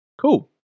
Cool